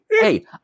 Hey